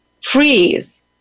freeze